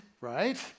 right